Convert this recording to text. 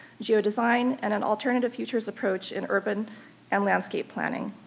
geodesign, and an alternative futures approach in urban and landscape planning.